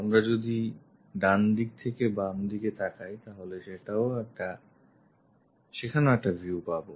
আমরা যদি ডানদিক থেকে বামদিকে তাকাই তাহলে সেখানেও একটা ভিউ পাবো